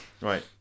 Right